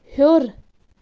ہیوٚر